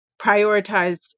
prioritized